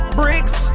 bricks